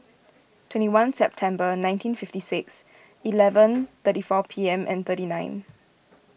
twenty one September nineteen fifty six eleven thirty four P M and thirty nine